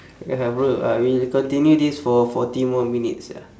ya bro uh we'll continue this for forty more minutes sia